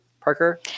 Parker